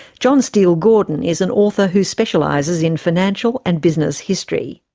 john steel gordon is an author who specialises in financial and business history.